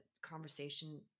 conversation